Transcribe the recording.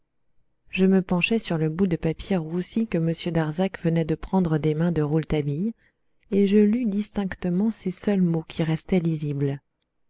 je me penchai sur le bout de papier roussi que m darzac venait de prendre des mains de rouletabille et je lus ces mots qui restaient lisibles